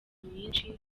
myinshi